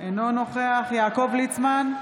אינו נוכח יעקב ליצמן,